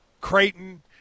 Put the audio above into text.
Creighton